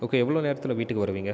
okay எவ்வளோ நேரத்தில் வீட்டுக்கு வருவீங்க